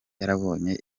yarabonye